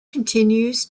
continues